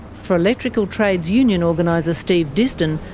for electrical trades union organiser steve diston,